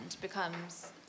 becomes